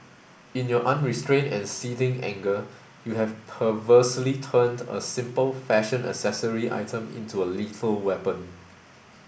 in your unrestrained and seething anger you have perversely turned a simple fashion accessory item into a lethal weapon